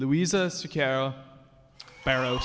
louisa farrow